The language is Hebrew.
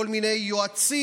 כל מיני יועצים,